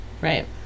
Right